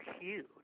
huge